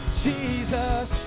jesus